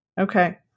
Okay